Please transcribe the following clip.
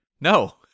no